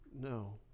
No